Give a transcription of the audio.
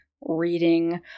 reading